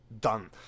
done